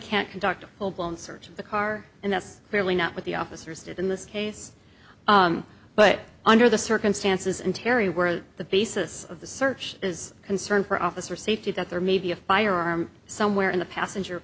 can't conduct a full blown search of the car and that's clearly not what the officers did in this case but under the circumstances and terry were the basis of the search is concerned for officer safety that there may be a firearm somewhere in the passenger